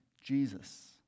Jesus